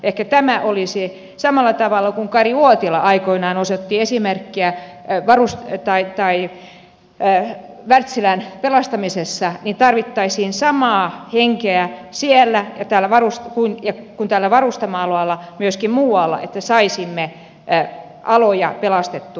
ehkä tämä olisi samalla tavalla kuin kari uotila aikoinaan osoitti esimerkkiä wärtsilän pelastamisessa että tarvittaisiin samaa henkeä kuin täällä varustamoalalla myöskin muualla että saisimme aloja pelastettua suomeen